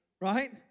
right